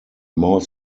more